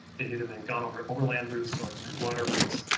they've either been gone over overland routes or through water routes.